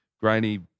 Grainy